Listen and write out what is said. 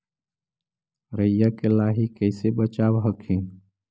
राईया के लाहि कैसे बचाब हखिन?